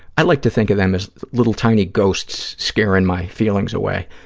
i like to think of them as little tiny ghosts scaring my feelings away.